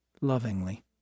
lovingly